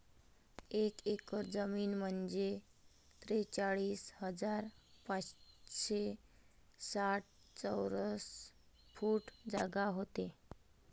एक एकर जमीन म्हंजे त्रेचाळीस हजार पाचशे साठ चौरस फूट जागा व्हते